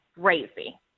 crazy